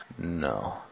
no